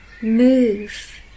move